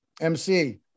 MC